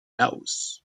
laos